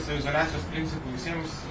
saviizoliacijos principų visiems